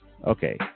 Okay